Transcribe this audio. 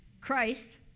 Christ